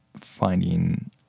finding